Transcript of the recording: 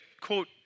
quote